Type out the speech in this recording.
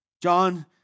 John